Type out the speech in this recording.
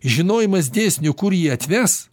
žinojimas dėsnio kur jį atves